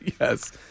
yes